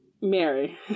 Mary